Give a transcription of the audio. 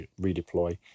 redeploy